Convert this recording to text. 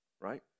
Right